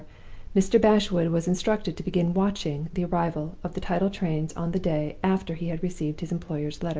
mr. bashwood was instructed to begin watching the arrival of the tidal trains on the day after he had received his employer's letter.